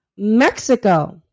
Mexico